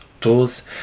tools